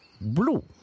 blue